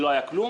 שלא היה כלום.